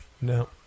No